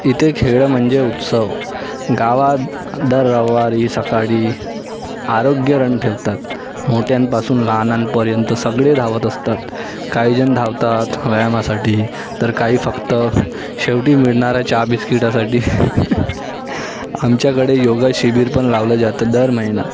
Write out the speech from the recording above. इथे खेळ म्हणजे उत्सव गावात दर रविवारी सकाळी आरोग्य रन ठेवतात मोठ्यांपासून लहानांपर्यंत सगळे धावत असतात काहीजण धावतात व्यायामासाठी तर काही फक्त शेवटी मिळणाऱ्या चहा बिस्किटासाठी आमच्याकडे योगा शिबीर पण लावलं जातं दर महिना